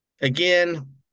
again